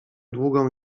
długą